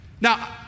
Now